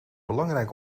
belangrijk